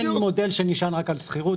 אין מודל שנשען רק על שכירות,